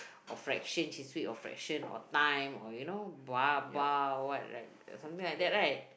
or fractions she's weak of fraction or time or you know bah bah or what right something like that right